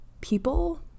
people